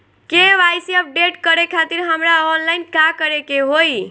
KYC update करे खातिर हमरा ऑनलाइन का करे के होई?